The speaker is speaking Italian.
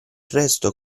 resto